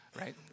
right